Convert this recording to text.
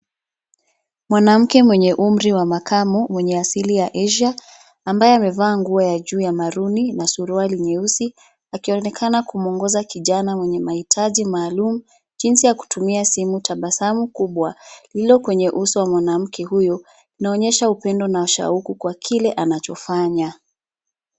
Mwanamke mwenye umri wa makamo mwenye asili ya Asia ambaye amevaa nguo ya juu ya maruni na suruali nyeusi, akionekana kumwongoza kijana mwenye mahitaji maalum jinsi ya kutumia simu. Tabasamu kubwa lilo kwenye uso wa mwanamke huyu linaonyesha upendo na shauku kwa kile anachofanya.